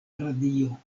radio